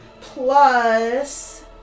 plus